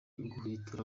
uguhwitura